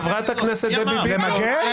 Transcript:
חברת הכנסת דבי ביטון.